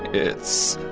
it's,